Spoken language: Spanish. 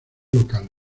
local